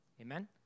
Amen